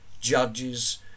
judges